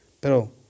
pero